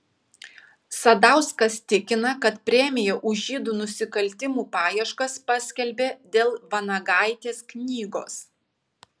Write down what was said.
sadauskas tikina kad premiją už žydų nusikaltimų paieškas paskelbė dėl vanagaitės knygos